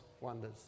wonders